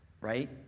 right